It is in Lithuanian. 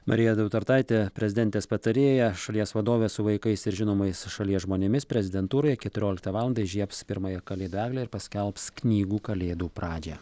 marija dautartaitė prezidentės patarėja šalies vadovė su vaikais ir žinomais šalies žmonėmis prezidentūroje keturioliktą valandą įžiebs pirmąją kalėdų eglę ir paskelbs knygų kalėdų pradžią